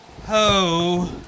Ho